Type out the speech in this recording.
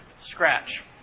Scratch